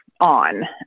on